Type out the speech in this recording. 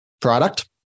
product